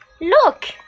Look